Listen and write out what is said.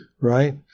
right